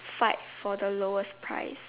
fight for the lowest price